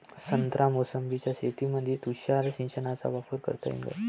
संत्रा मोसंबीच्या शेतामंदी तुषार सिंचनचा वापर करता येईन का?